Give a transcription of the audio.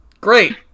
great